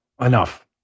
Enough